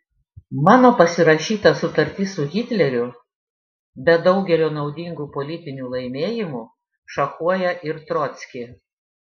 mano pasirašyta sutartis su hitleriu be daugelio naudingų politinių laimėjimų šachuoja ir trockį